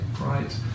Right